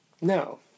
No